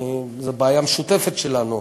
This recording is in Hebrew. זו בעיה משותפת שלנו,